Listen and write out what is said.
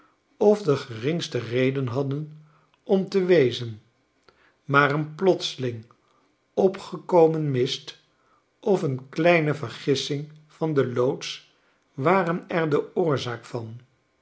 of de geringste reden hadden om te wezen maar een plotseling opgekomen mist of een kleine vergissing van den loods waren er de oorzaak van